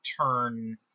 turn